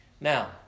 Now